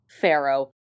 pharaoh